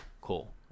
cool